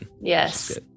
Yes